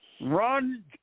run